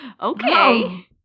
okay